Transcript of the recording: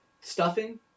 stuffing